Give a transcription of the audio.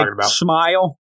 smile